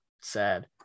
sad